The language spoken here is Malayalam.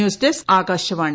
news desk Akashvani